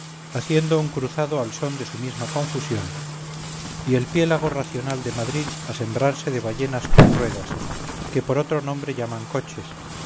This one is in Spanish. haciendo un cruzado al son de su misma confusión y el piélago racional de madrid a sembrarse de ballenas con ruedas que por otro nombre llaman coches